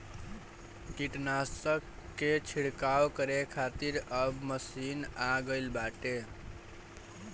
कीटनाशक के छिड़काव करे खातिर अब मशीन आ गईल बाटे